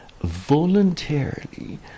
voluntarily